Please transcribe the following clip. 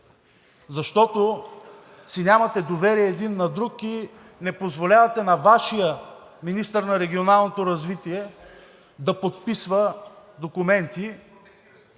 защото си нямате доверие един на друг и не позволявате на Вашия министър на регионалното развитие да подписва документи.